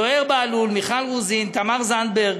זוהיר בהלול, מיכל רוזין, תמר זנדברג,